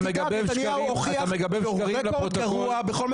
אל תדאג נתניהו הוכיח מה קורה בכל מה